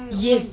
yes